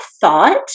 thought